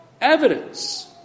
evidence